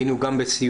היינו גם בסיורים.